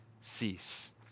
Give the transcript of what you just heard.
cease